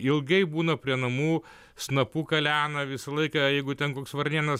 ilgai būna prie namų snapu kalena visą laiką jeigu ten koks varnėnas